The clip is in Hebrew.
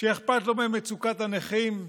שאכפת לו ממצוקת הנכים?